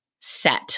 set